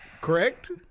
correct